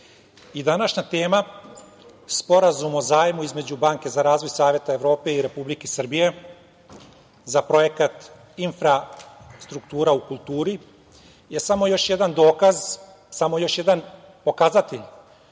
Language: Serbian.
i današnja tema Sporazum o zajmu između Banke za razvoj Saveta Evrope i Republike Srbije za projekat „Infrastruktura u kulturi“ je samo još jedan dokaz, samo još jedan pokazatelj